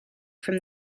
from